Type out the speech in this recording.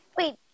wait